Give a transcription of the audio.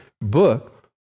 book